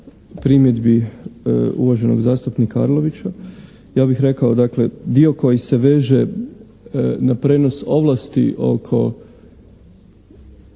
primjedbi uvaženog zastupnika Arlovića. Ja bih rekao, dakle, dio koji se veže na prijenos ovlasti oko